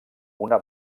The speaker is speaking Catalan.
una